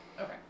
Okay